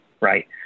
right